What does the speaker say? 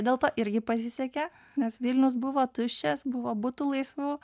dėl to irgi pasisekė nes vilnius buvo tuščias buvo būtų laisvų